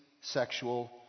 sexual